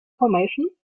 formation